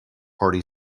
party